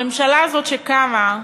הממשלה הזאת, שקמה,